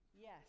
Yes